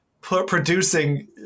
producing